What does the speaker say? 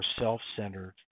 self-centered